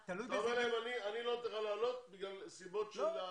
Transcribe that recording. אתה אומר שאתה לא נותן לעלות בגלל האשרות,